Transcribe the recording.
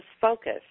focus